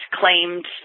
claimed